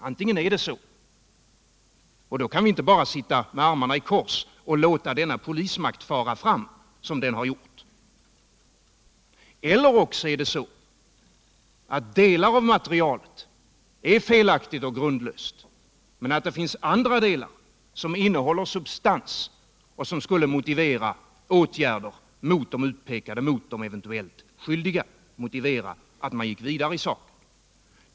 Antingen är dessa påståenden riktiga, och då kan vi inte bara sitta med armarna i kors och låta denna polismakt fara fram som den har gjort, eller också är det så att delar av materialet är felaktigt och grundlöst men att det finns andra delar som innehåller substans och skulle motivera åtgärder mot de utpekade och eventuellt skyldiga, motivera att man gick vidare i saken.